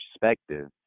perspective